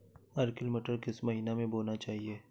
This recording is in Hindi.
अर्किल मटर किस महीना में बोना चाहिए?